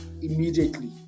immediately